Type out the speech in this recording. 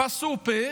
בסופר,